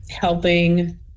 helping